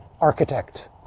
architect